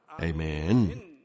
Amen